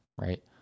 right